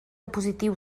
positiu